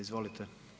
Izvolite.